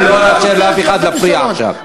אני לא אאפשר לאף אחד להפריע עכשיו.